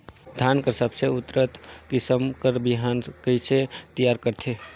धान कर सबले उन्नत किसम कर बिहान कइसे तियार करथे?